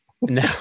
no